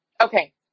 Okay